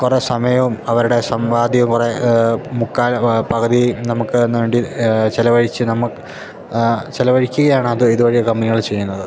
കുറേ സമയവും അവരുടെ സമ്പാദ്യവും കുറേ മുക്കാല് പകുതി നമുക്കുവേണ്ടി ചെലവഴിച്ച് നമ ആ ചെലവഴിക്കുകയാണത് ഇതുവഴി കമ്പനികൾ ചെയ്യുന്നത്